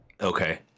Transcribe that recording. Okay